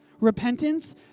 repentance